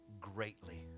greatly